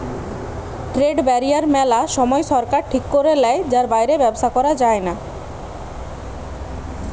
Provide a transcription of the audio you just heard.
trade barrier মেলা সময় সরকার ঠিক করে লেয় যার বাইরে ব্যবসা করা যায়না